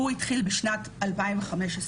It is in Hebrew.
שהוא התחיל בשנת 2015,